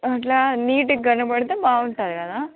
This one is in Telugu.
ఇలా నీట్గా కనబడితే బాగుంటుంది కదా